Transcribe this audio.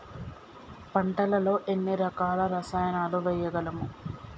పంటలలో ఎన్ని రకాల రసాయనాలను వేయగలము?